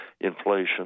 inflation